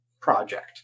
project